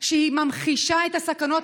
שממחישה את הסכנות.